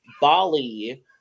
bali